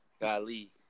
Golly